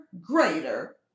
greater